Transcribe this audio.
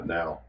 now